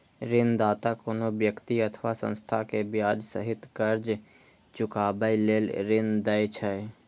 ऋणदाता कोनो व्यक्ति अथवा संस्था कें ब्याज सहित कर्ज चुकाबै लेल ऋण दै छै